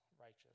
righteous